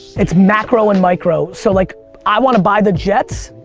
it's macro and micro. so, like i want to buy the jets.